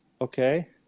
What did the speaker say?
Okay